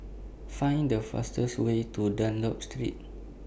Find The fastest Way to Dunlop Street